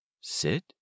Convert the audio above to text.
Sit